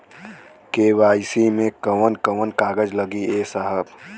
KYC मे कवन कवन कागज लगी ए साहब?